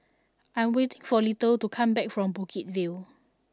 I am waiting for Little to come back from Bukit View